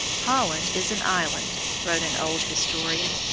holland is an island, wrote an old historian,